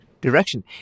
direction